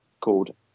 called